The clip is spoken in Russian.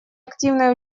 активное